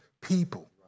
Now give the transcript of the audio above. people